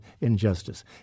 injustice